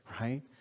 right